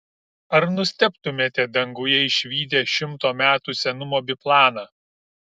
ar nustebtumėte danguje išvydę šimto metų senumo biplaną